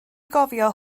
gofio